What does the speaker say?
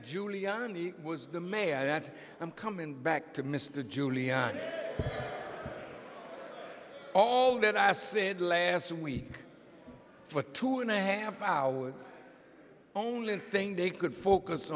giuliani was the mayor that i'm coming back to mr giuliani all that i said last week for two and a half hours only thing they could focus